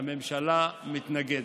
הממשלה מתנגדת.